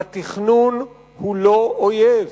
התכנון הוא לא אויב.